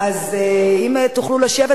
אם תוכלו לשבת,